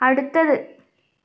അടുത്തത്